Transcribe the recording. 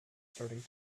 starting